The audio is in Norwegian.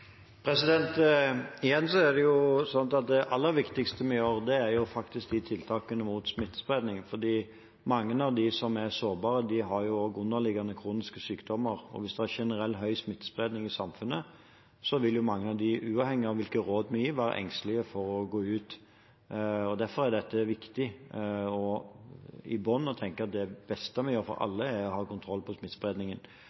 Igjen er det sånn at det aller viktigste vi gjør, faktisk er tiltakene mot smittespredningen, for mange av dem som er sårbare, har også underliggende kroniske sykdommer, og hvis det er generell, høy smittespredning i samfunnet, vil mange av dem, uavhengig av hvilke råd vi gir, være engstelige for å gå ut. Derfor er dette viktig – i bunnen å tenke at det beste vi gjør for